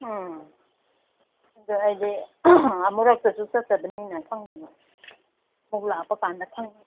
ꯎꯝ ꯑꯗꯣ ꯑꯩꯗꯤ ꯑꯃꯨꯔꯛꯇꯁꯨ ꯆꯠꯇꯕꯅꯤꯅ ꯈꯪꯗꯕ ꯑꯃꯨꯛ ꯂꯥꯛꯄ ꯀꯥꯟꯗ ꯈꯪꯉꯅꯤ